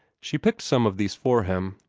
she picked some of these for him,